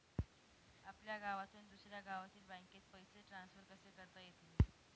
आपल्या गावातून दुसऱ्या गावातील बँकेत पैसे ट्रान्सफर कसे करता येतील?